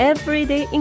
Everyday